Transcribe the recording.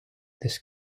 this